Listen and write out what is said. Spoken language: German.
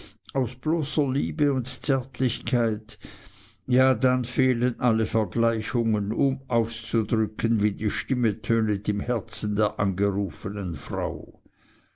aus bloßer liebe und zärtlichkeit ja dann fehlen alle vergleichungen um auszudrücken wie die stimme tönet im herzen der angerufenen frau